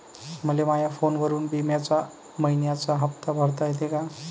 मले माया फोनवरून बिम्याचा मइन्याचा हप्ता भरता येते का?